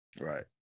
right